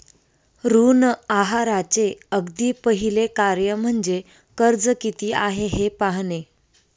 ऋण आहाराचे अगदी पहिले कार्य म्हणजे कर्ज किती आहे हे पाहणे